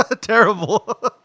Terrible